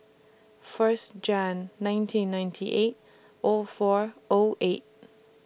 First Jan nineteen ninety eight O four O eight